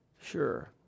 Sure